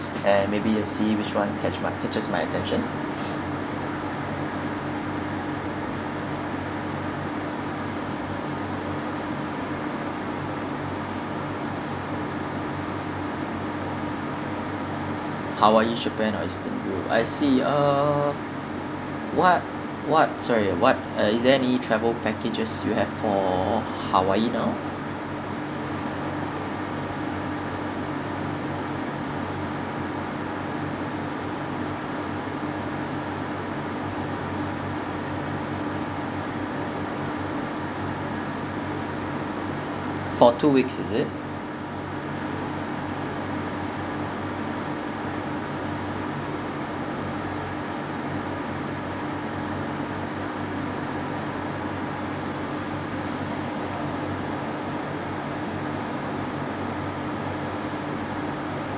and maybe see which one catch my catches my attention hawaii japan or eastern europe I see uh what what sorry what uh is there any travel packages you have for hawaii now for two weeks is it